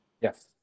yes